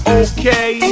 okay